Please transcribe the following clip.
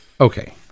Okay